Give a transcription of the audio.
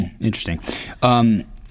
Interesting